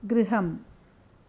गृहम्